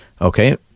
Okay